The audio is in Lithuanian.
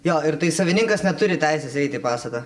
jo ir tai savininkas neturi teisės eiti į pastatą